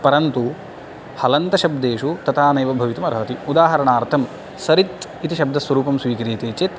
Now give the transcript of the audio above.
परन्तु हलन्तशब्देषु तथा नैव भवितुम् अर्हति उदाहरणार्तं सरित् इति शब्दस्य रूपं स्वीक्रियते चेत्